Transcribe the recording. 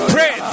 Pray